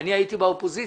אני הייתי באופוזיציה.